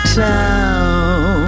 town